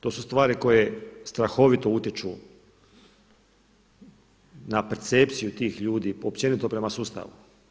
To su stvari koje strahovito utječu na percepciju tih ljudi, općenito prema sustavu.